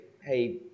hey